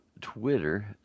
Twitter